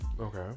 Okay